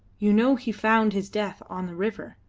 you know he found his death on the river,